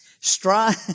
Strive